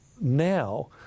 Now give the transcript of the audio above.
now